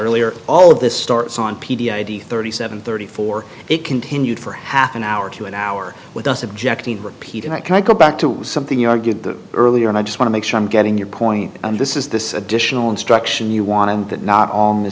earlier all of this starts on p t id thirty seven thirty four it continued for half an hour to an hour with us objecting repeating that can i go back to something you argued that earlier and i just wanna make sure i'm getting your point and this is this additional instruction you want to get not on the